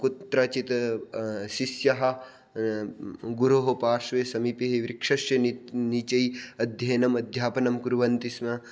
कुत्रचित् सिस्याः गुरोः पार्श्वे समीपे वृक्षस्य नि नीचैः अध्ययनम् अध्यापनं कुर्वन्ति स्म